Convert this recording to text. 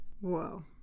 Whoa